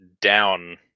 down